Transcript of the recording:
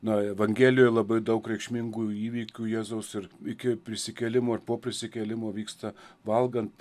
na evangelijoj labai daug reikšmingų įvykių jėzaus ir iki prisikėlimo ir po prisikėlimo vyksta valgant